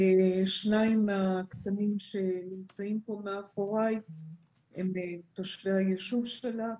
שניים מהקטנים שנמצאים פה מאחוריי הם תושבי היישוב שלה,